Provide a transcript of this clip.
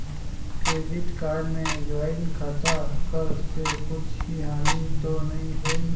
Credit card मे joint खाता कर से कुछ हानि तो नइ होही?